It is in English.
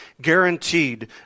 guaranteed